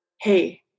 Hey